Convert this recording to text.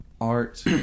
art